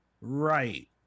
right